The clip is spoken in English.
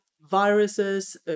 viruses